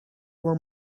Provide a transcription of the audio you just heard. were